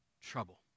trouble